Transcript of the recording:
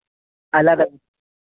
अलग